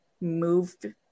moved